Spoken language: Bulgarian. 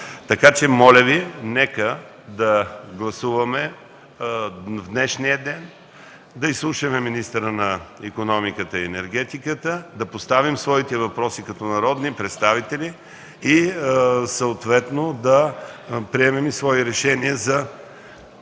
поминък. Моля Ви, нека да гласуваме в днешния ден да изслушаме министъра на икономиката и енергетиката, да поставим своите въпроси като народни представители и съответно да приемем и свои решения за